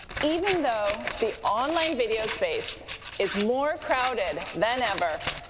even though the online video space is more crowded than ever,